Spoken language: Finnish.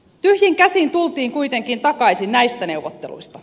tyhjin käsin tultiin kuitenkin takaisin näistä neuvotteluista